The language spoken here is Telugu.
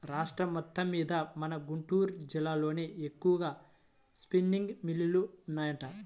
రాష్ట్రం మొత్తమ్మీద మన గుంటూరు జిల్లాలోనే ఎక్కువగా స్పిన్నింగ్ మిల్లులు ఉన్నాయంట